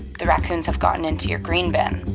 the raccoons have gotten into your green bin.